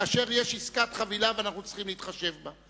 כאשר יש עסקת חבילה ואנחנו צריכים להתחשב בה.